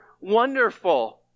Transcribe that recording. wonderful